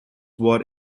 were